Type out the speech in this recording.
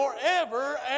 forever